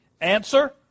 Answer